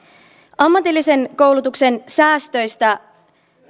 ammatillisen koulutuksen säästöistä